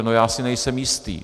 No, já si nejsem jistý.